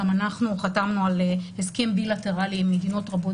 גם אנחנו חתמנו על הסכם בילטרלי עם מדינות רבות